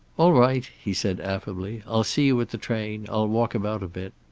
all right, he said affably. i'll see you at the train. i'll walk about a bit.